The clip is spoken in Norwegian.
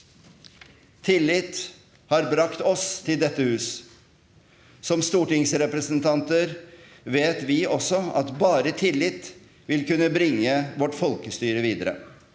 Tillit har brakt oss til dette hus. Som stortingsrepresentanter vet vi også at bare tillit vil kunne bringe vårt folkestyre videre.